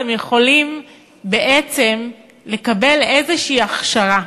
והם יכולים בעצם לקבל איזו הכשרה.